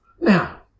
Now